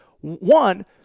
One